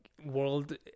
World